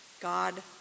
God